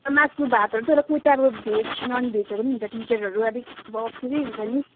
मासुभातहरू तर कोही त अब भेज ननभेजहरू पनि हुन्छ टिचरहरू अलिक अब अप्ठ्यारै हुन्छ नि